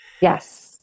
Yes